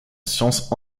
sciences